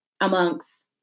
amongst